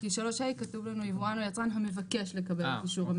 כי ב-3ה כתוב: יבואן או יצרן המבקש לקבל את אישור הממונה.